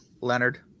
Leonard